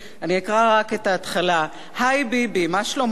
אני אקרא רק את ההתחלה: "היי, ביבי, מה שלומך?